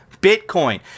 Bitcoin